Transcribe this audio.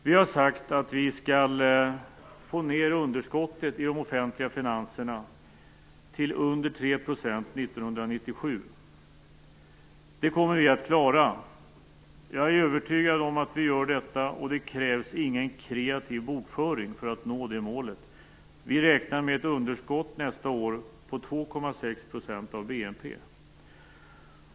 Vi har sagt att vi skall få ned underskottet i de offentliga finanserna till under 3 % 1997. Det kommer vi att klara. Jag är övertygad om att vi gör detta, och det krävs ingen kreativ bokföring för att nå det målet. Vi räknar med ett underskott nästa år på 2,6 % av BNP.